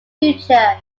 future